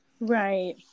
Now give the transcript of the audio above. Right